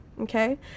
okay